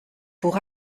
pour